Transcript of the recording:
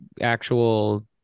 actual